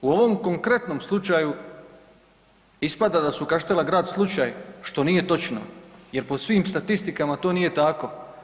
U ovom konkretnom slučaju ispada da su Kaštela grad slučaj, što nije točno jer po svim statistikama to nije tako.